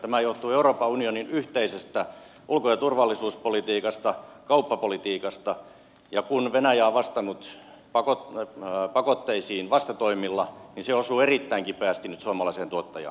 tämä johtuu euroopan unionin yhteisestä ulko ja turvallisuuspolitiikasta kauppapolitiikasta ja kun venäjä on vastannut pakotteisiin vastatoimilla niin se osuu erittäin kipeästi nyt suomalaiseen tuottajaan